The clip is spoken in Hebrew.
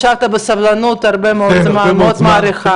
ישבת בסבלנות הרבה מאוד זמן, אני מאוד מעריכה.